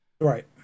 right